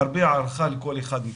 הרבה הערכה לכל אחד מכם.